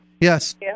yes